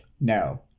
no